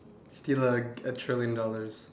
steal like a trillion dollars